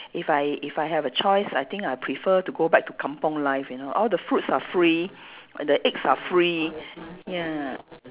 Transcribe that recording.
if I if I have a choice I think I prefer to go back to kampung life you know all the fruits are free the eggs are free ya